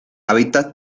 hábitat